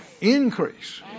increase